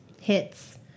hits